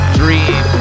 dream